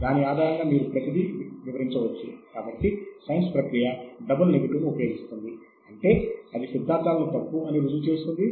అలా తెలుసుకోవడానికి సాహిత్య శోధన అవసరం అవుతుంది